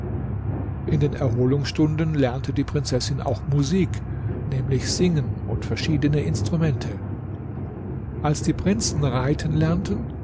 in den erholungsstunden lernte die prinzessin auch musik nämlich singen und verschiedene instrumente als die prinzen reiten lernten